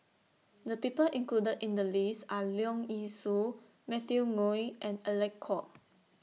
The People included in The list Are Leong Yee Soo Matthew Ngui and Alec Kuok